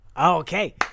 Okay